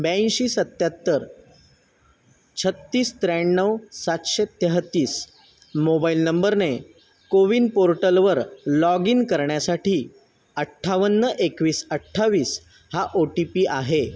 ब्याऐंशी सत्त्याहत्तर छत्तीस त्र्याण्णव सातशे तेहेत्तीस मोबाईल नंबरने कोविन पोर्टलवर लॉग इन करण्यासाठी अठ्ठावन्न एकवीस अठ्ठावीस हा ओ टी पी आहे